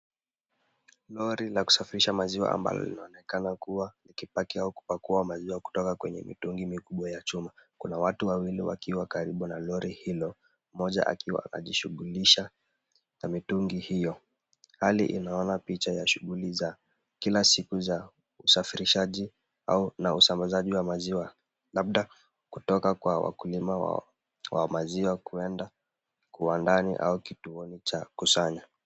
Lori la kusafirisha maziwa ambalo linaoeneka kuwa likipakiwa kupakua maziwa kutoka kwenye mitungi mikubwa ya chuma. Kuna watu wawili wakiwa karibu na lori hilo mmoja akiwa anajishughulisha na mitungi hiyo. Hali inaona picha ya shughuli za kila siku za usafirishaji au na usambazaji wa maziwa labda kutoka kwa wakulima wa maziwa kuenda kwa ndani au kituoni cha kukusanya.